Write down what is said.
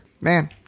Man